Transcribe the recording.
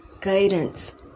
guidance